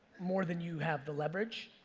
more than you have the leverage.